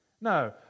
No